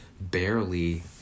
barely